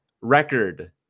record